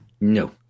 No